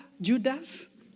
Judas